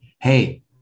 Hey